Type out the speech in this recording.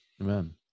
Amen